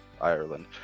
Ireland